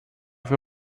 für